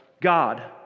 God